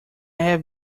have